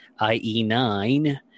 IE9